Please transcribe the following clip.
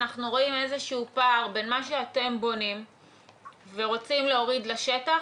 אנחנו רואים איזשהו פער בין מה שאתם בונים ורוצים להוריד לשטח,